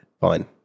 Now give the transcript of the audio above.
fine